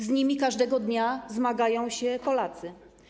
Z nimi każdego dnia zmagają się Polacy.